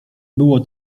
było